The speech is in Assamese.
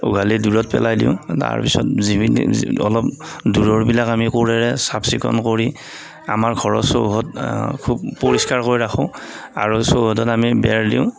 উঘালি দূৰত পেলাই দিওঁ তাৰপিছত অলপ দূৰৰবিলাক আমি কোৰেৰে চাফ চিকুণ কৰি আমাৰ ঘৰৰ চৌহদ খুব পৰিস্কাৰ কৰি ৰাখোঁ আৰু চৌহদত আমি বেৰ দিওঁ